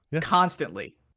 constantly